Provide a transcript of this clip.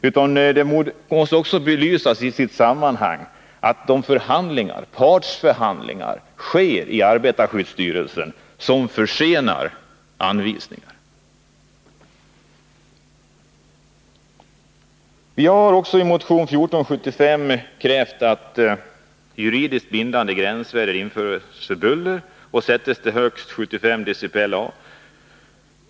Det måste också belysas i sitt sammanhang att partsförhandlingar sker i arbetarskyddsstyrelsen, vilket försenar anvisningarna. Vi har i motion 1475 krävt att juridiskt bindande gränsvärden införs för buller och sätts till högst 75 decibel .